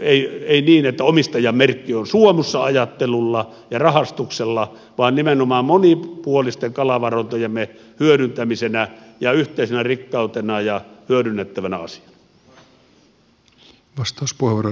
ei omistajan merkki on suomussa ajattelulla ja rahastuksella vaan nimenomaan monipuolisten kalavarantojemme hyödyntämisenä ja yhteisenä rikkautena ja hyödynnettävänä asiana